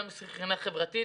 גם מבחינה חברתית,